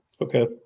Okay